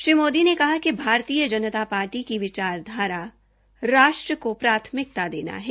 श्री मोदी ने कहा कि भारतीय जनता पार्टी की विचारधारा राष्ट्र को प्राथमिकता देना है